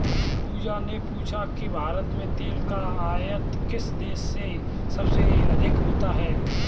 पूजा ने पूछा कि भारत में तेल का आयात किस देश से सबसे अधिक होता है?